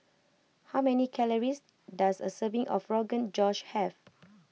how many calories does a serving of Rogan Josh have